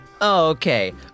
Okay